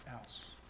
else